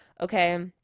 Okay